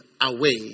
away